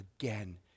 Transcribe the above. again